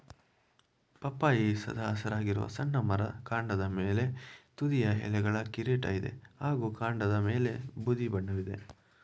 ಪಪ್ಪಾಯಿ ಸದಾ ಹಸಿರಾಗಿರುವ ಸಣ್ಣ ಮರ ಕಾಂಡದ ಮೇಲೆ ತುದಿಯ ಎಲೆಗಳ ಕಿರೀಟ ಇದೆ ಹಾಗೂ ಕಾಂಡದಮೇಲೆ ಬೂದಿ ಬಣ್ಣವಿದೆ